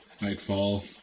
Nightfall